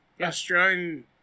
Australian